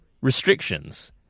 restrictions